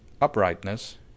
uprightness